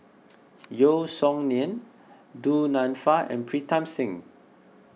Yeo Song Nian Du Nanfa and Pritam Singh